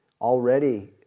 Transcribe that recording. already